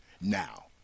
Now